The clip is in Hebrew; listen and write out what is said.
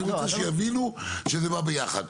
אני רוצה שיבינו שזה בא ביחד.